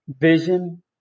vision